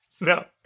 No